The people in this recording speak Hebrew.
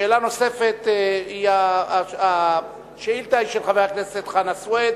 השאילתא היא של חבר הכנסת חנא סוייד,